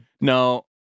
no